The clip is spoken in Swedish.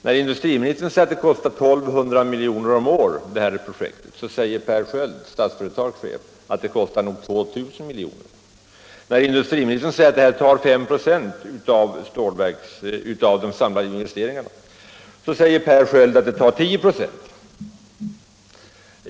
När industriministern säger att projektet kostar 1 200 milj.kr. om året, säger Statsföretags chef Per Sköld att det kostar nog 2 000 milj.kr. När industriministern säger att detta tar 5 26 av de samlade investeringarna, säger Per Sköld att det tar 10 96.